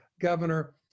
Governor